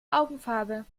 augenfarbe